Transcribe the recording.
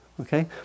okay